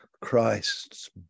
Christ's